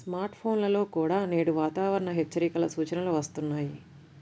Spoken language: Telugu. స్మార్ట్ ఫోన్లలో కూడా నేడు వాతావరణ హెచ్చరికల సూచనలు వస్తున్నాయి